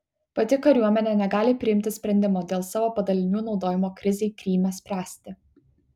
pati kariuomenė negali priimti sprendimo dėl savo padalinių naudojimo krizei kryme spręsti